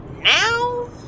now